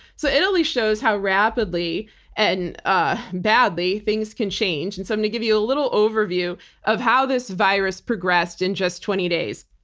so italy shows how rapidly and ah badly things can change. and so i'm going to give you a little overview of how this virus progressed in just twenty days.